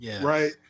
right